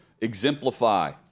exemplify